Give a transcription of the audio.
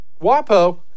WAPO